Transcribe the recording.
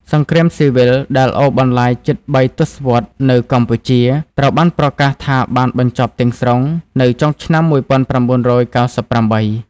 សង្គ្រាមស៊ីវិលដែលអូសបន្លាយជិត ៣ ទសវត្សរ៍នៅកម្ពុជា ត្រូវបានប្រកាសថាបានបញ្ចប់ទាំងស្រុងនៅចុងឆ្នាំ១៩៩៨។